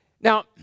now